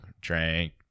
drank